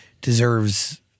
deserves